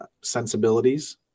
sensibilities